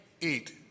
eat